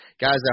Guys